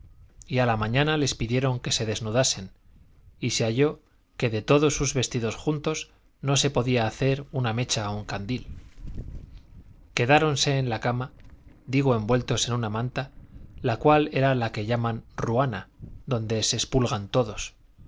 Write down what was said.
a la mañana les pidieron que se desnudasen y se halló que de todos sus vestidos juntos no se podía hacer una mecha a un candil quedáronse en la cama digo envueltos en una manta la cual era la que llaman ruana donde se espulgan todos